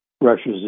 Russia's